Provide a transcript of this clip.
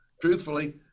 truthfully